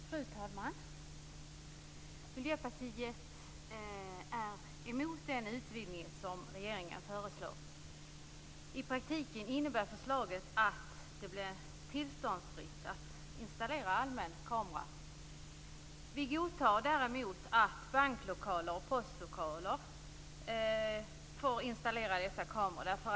Fru talman! Miljöpartiet är emot den utvidgning som regeringen föreslår. I praktiken innebär förslaget att det blir tillståndsfritt att installera allmän kamera. Vi godtar däremot förslaget att banklokaler och postlokaler får installera sådana kameror.